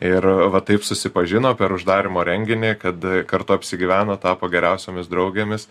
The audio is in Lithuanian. ir va taip susipažino per uždarymo renginį kad kartu apsigyveno tapo geriausiomis draugėmis